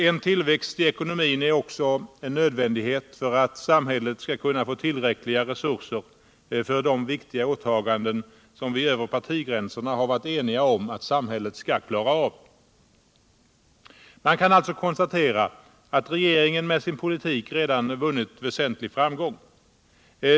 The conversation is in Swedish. En tillväxt i ekonomin är en nödvändighet för att samhället skall kunna få tillräckliga resurser för de viktiga åtaganden vi Finansdebatt Finansdebatt över partigränserna varit eniga om att samhället skall klara av. Man kan alltså konstatera att regeringen med sin politik redan vunnit väsentlig framgång.